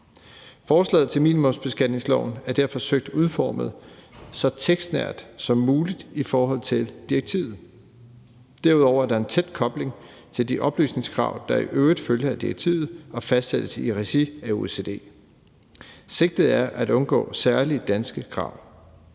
Forslaget til minimumsbeskatningsloven er derfor søgt udformet så tekstnært som muligt i forhold til direktivet. Derudover er der en tæt kobling til de oplysningskrav, der i øvrigt følger af direktivet og fastsættes i regi af OECD. Sigtet er at undgå særlige danske krav.